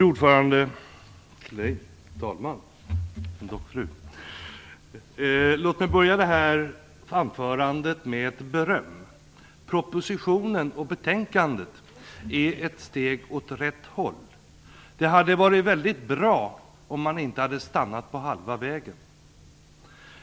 Fru talman! Låt mig börja detta anförande med att ge ett beröm. Propositionen och betänkandet är ett steg åt rätt håll. Det hade varit väldigt bra om man inte hade stannat på halva vägen.